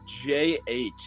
jh